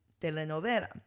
telenovela